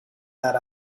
that